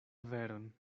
veron